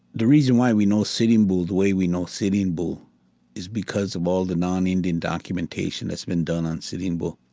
the reason why we know sitting bull the way we know sitting bull is because of all the non-indian documentation that's been done on sitting bull.